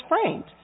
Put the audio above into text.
framed